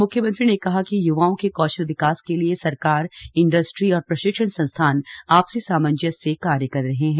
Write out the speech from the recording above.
मुख्यमंत्री ने कहा कि य्वाओं के कौशल विकास के लिए सरकार इंडस्ट्री और प्रशिक्षण संस्थान आपसी सामंज्य से कार्य कर रहे हैं